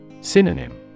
Synonym